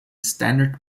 standard